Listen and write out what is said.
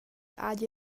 hagi